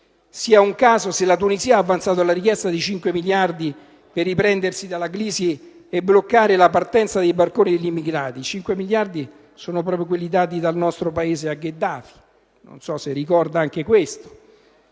sia un caso se la Tunisia ha avanzato la richiesta di 5 miliardi per riprendersi dalla crisi e bloccare la partenza dei barconi degli immigrati, in quanto 5 miliardi sono proprio quelli dati dal nostro Paese a Gheddafi. Non so se ricorda anche questo,